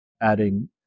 adding